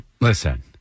Listen